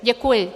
Děkuji.